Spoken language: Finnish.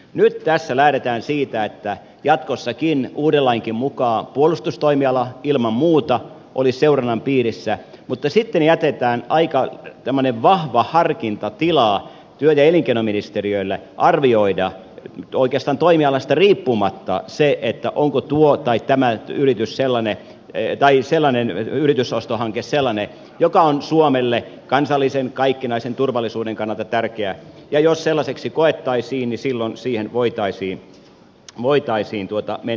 nyt tässä lähdetään siitä että jatkossakin uudenkin lain mukaan puolustustoimiala ilman muuta olisi seurannan piirissä mutta sitten jätetään aika vahva harkintatila työ ja elinkeinoministeriölle arvioida oikeastaan toimialasta riippumatta se onko tuo tai tämä ylitys sellainen ei vain sellainen yritysostohanke sellainen joka on suomelle kansallisen kaikkinaisen turvallisuuden kannalta tärkeä ja jos se sellaiseksi koettaisiin niin silloin siihen voitaisiin mennä väliin